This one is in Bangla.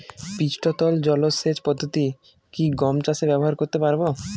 পৃষ্ঠতল জলসেচ পদ্ধতি কি গম চাষে ব্যবহার করতে পারব?